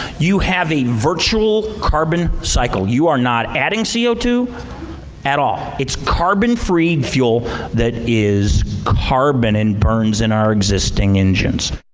you have a virtual carbon cycle. you are not adding c o two at all. it's carbon-free fuel that is carbon and burns in our existing engines.